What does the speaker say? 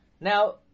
Now